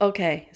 Okay